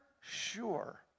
sure